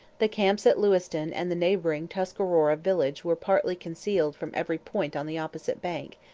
the camps at lewiston and the neighbouring tuscarora village were partly concealed from every point on the opposite bank,